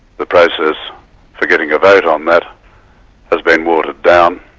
the process for getting a vote on that has been watered down,